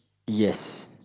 yes